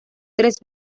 tres